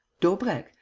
daubrecq,